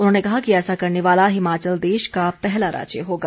उन्होंने कहा कि ऐसा करेंने वाला हिमाचल देश का पहला राज्य होगा